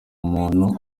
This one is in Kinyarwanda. umuntu